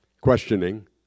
questioning